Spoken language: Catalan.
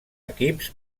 equips